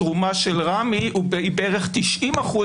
התרומה של רמ"י היא בערך 90%,